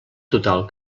total